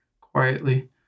quietly